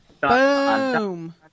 Boom